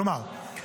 כלומר,